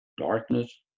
Darkness